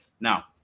Now